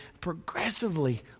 progressively